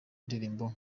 ndirimbo